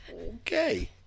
Okay